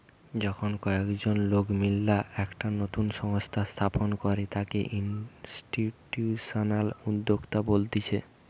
যখন কয়েকজন লোক মিললা একটা নতুন সংস্থা স্থাপন করে তাকে ইনস্টিটিউশনাল উদ্যোক্তা বলতিছে